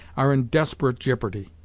are in desperate jippardy,